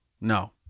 No